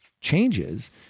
changes